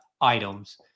items